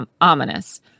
ominous